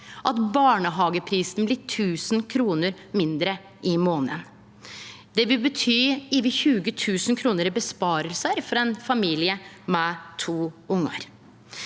at barnehageprisen blir 1 000 kr lågare i månaden. Det vil bety over 20 000 kr i innsparing for ein familie med to ungar.